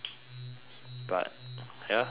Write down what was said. but ya they don't want to